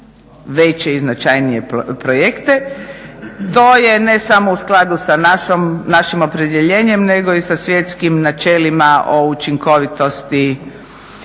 veće i značajnije projekte. To je ne samo u skladu sa našim opredjeljenjem, nego i sa svjetskim načelima o učinkovitosti